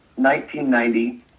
1990